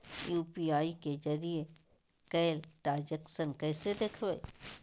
UPI के जरिए कैल ट्रांजेक्शन कैसे देखबै?